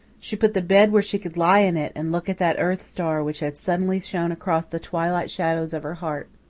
she put the bed where she could lie in it and look at that earth star which had suddenly shone across the twilight shadows of her heart.